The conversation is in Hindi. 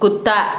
कुत्ता